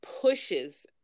pushes